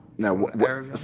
Now